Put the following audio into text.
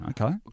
Okay